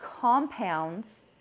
compounds